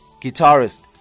guitarist